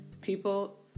People